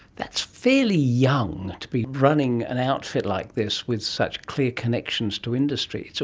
that's fairly young to be running an outfit like this with such clear connections to industry. so